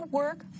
work